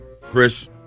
Chris